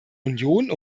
union